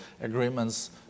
agreements